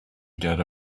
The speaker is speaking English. get